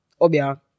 Obia